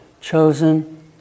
chosen